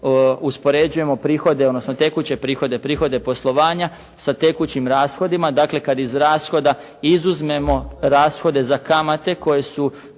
uspoređujemo prihode odnosno tekuće prihode, prihode poslovanja sa tekućim rashodima. Dakle kad iz rashoda izuzmemo rashode za kamate koje su